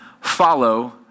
Follow